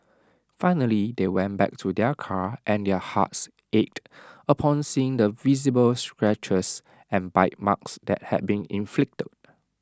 finally they went back to their car and their hearts ached upon seeing the visible scratches and bite marks that had been inflicted